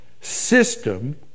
system